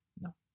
No